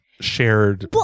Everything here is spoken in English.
shared